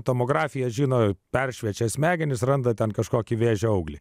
tomografija žino peršviečia smegenys randa ten kažkokį vėžio auglį